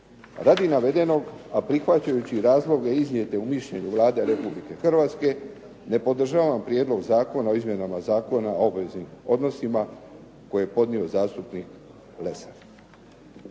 Radi navedenog, a prihvaćajući razloge iznijete u mišljenju Vlade Republike Hrvatske ne podržavam Prijedlog zakona o izmjenama Zakona o obveznim odnosima koje je podnio zastupnik Lesar.